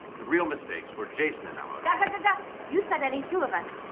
the real mistakes were jason and eleanor. gah, gah, gah, gah. you said any two of us.